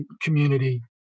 community